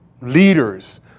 Leaders